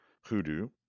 hoodoo